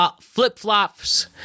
flip-flops